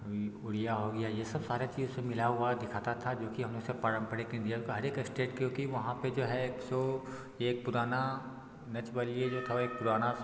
ई उड़िया हो गया यह सब सारे चीज़ उसमें मिला हुआ दिखाता था जो कि हमेशा पारम्परिक इंडिया का हरेक स्टेट क्योंकि वहाँ पर जो है सो एक पुराना नच बलिए जो था एक पुराना